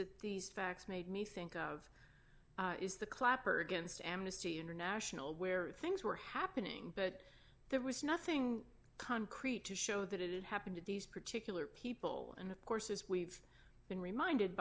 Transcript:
that these facts made me think of is the clapper against amnesty international where things were happening but there was nothing concrete to show that it happened to these particular people and of course as we've been reminded